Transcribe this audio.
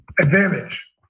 advantage